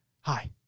hi